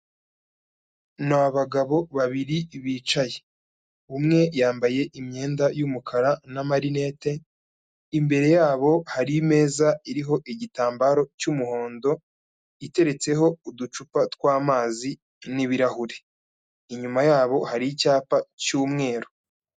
Ni abagabo babiri bicaye. Umwe yambaye imyenda y'umukara n'amarinete, imbere yabo hari imeza iriho igitambaro cy'umuhondo, iteretseho uducupa tw'amazi n'ibirahuri. Inyuma yabo hari icyapa cy'umweru.